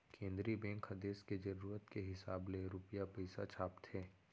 केंद्रीय बेंक ह देस के जरूरत के हिसाब ले रूपिया पइसा छापथे